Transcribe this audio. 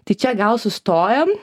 tai čia gal sustojam